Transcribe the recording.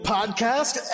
Podcast